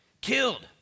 Killed